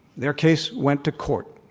their case went to court.